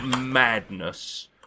madness